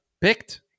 picked